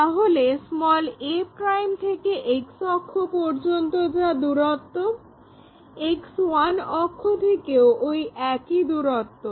তাহলে a থেকে X অক্ষ পর্যন্ত যা দূরত্ব X1 অক্ষ থেকেও ওই একই দূরত্ব